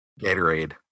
Gatorade